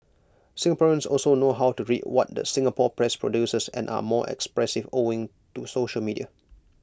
Singaporeans also know how to read what the Singapore press produces and are more expressive owing to social media